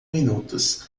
minutos